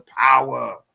power